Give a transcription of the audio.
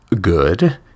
good